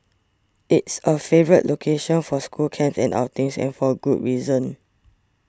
it's a favourite location for school camps and outings and for good reason